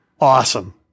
Awesome